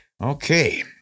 Okay